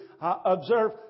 observe